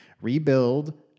rebuild